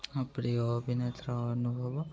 ଏପରି ଅଭିନେତା ଅନୁଭବ